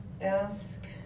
ask